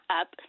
up